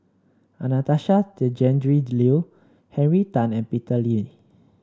Anastasia Tjendri Liew Henry Tan and Peter Lee